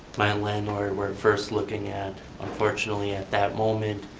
my landlord were first looking at. unfortunately at that moment,